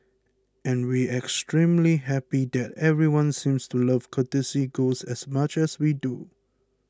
and we extremely happy that everyone seems to love Courtesy Ghost as much as we do